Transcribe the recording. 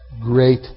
great